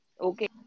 okay